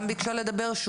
גם ביקשה לדבר,